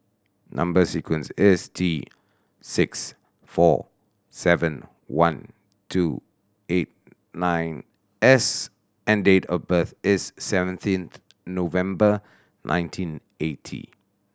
number sequence is T six four seven one two eight nine S and date of birth is seventeenth November nineteen eighty